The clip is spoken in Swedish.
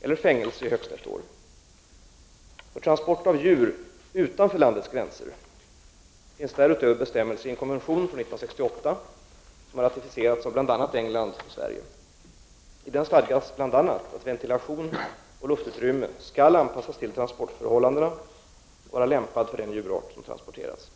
eller fängelse i högst ett år. För transport av djur utanför landets gränser finns därutöver bestämmelser i en konvention från 1968 som har ratificerats av bl.a. England och Sverige. I den stadgas exempelvis att ventilation och luftutrymme skall anpassas till transportförhållandena och vara lämpade för den djurart som transporteras.